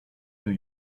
new